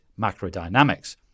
macrodynamics